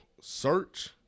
Search